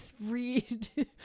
read